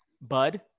bud